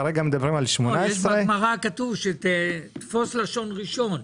כרגע מדברים על 18. בגמרא כתוב תפוס לשון ראשון.